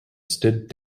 stood